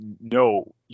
no